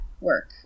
work